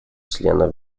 членов